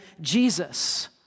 Jesus